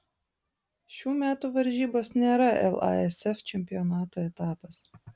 šių metų varžybos nėra lasf čempionato etapas